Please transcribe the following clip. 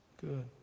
Good